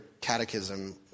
Catechism